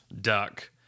Duck